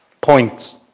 points